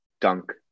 dunk